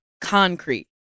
concrete